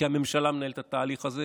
כי הממשלה מנהלת את התהליך הזה